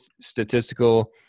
statistical